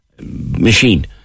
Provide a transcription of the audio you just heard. machine